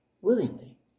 willingly